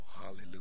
hallelujah